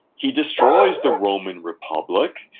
he destroys the roman republic,